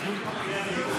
איפה יש את המילה ערבים?